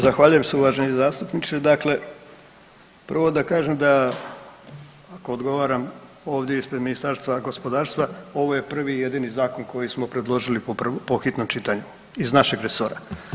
Zahvaljujem se uvaženi zastupniče, dakle, prvo da kažem da odgovaram ovdje ispred Ministarstva gospodarstva, ovo je prvi i jedini zakon koji smo predložili po hitnom čitanju iz našeg resora.